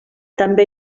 també